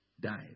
died